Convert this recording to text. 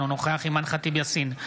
אינו נוכח אימאן ח'טיב יאסין,